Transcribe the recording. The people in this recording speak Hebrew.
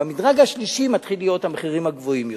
ובמדרג השלישי מתחילים להיות המחירים הגבוהים יותר.